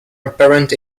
apparent